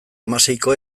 hamaseiko